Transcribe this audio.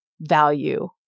value